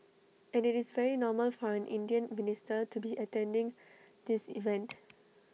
and IT is very normal for an Indian minister to be attending this event